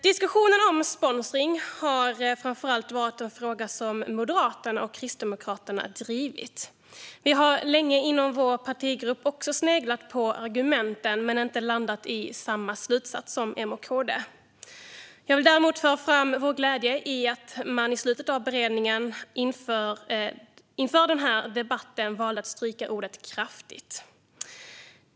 Diskussionen om sponsring har framför allt varit en fråga som Moderaterna och Kristdemokraterna har drivit. Vi har länge inom vår partigrupp också sneglat på argumenten men inte landat i samma slutsats som M och KD. Jag vill däremot föra fram vår glädje över att man i slutet av beredningen inför den här debatten valde att stryka ordet "kraftigt".